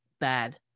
bad